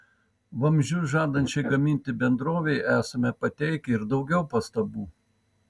vamzdžius žadančiai gaminti bendrovei esame pateikę ir daugiau pastabų